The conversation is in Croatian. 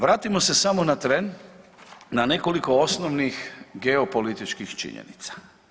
Vratimo se samo na tren na nekoliko osnovnih geopolitičkih činjenica.